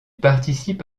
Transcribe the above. participe